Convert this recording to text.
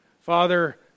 Father